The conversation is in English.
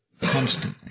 Constantly